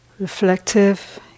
Reflective